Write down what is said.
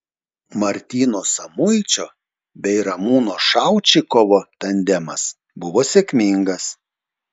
martyno samuičio bei ramūno šaučikovo tandemas buvo sėkmingas